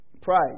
pride